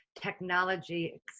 technology